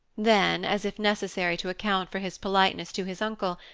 then, as if necessary to account for his politeness to his uncle,